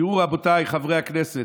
תראו, רבותיי חברי הכנסת,